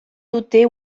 dute